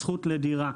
זכות לדירה.